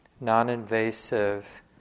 non-invasive